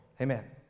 Amen